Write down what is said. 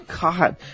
God